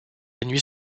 nuit